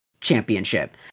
championship